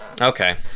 okay